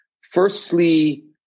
Firstly